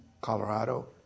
Colorado